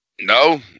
No